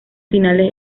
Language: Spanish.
finales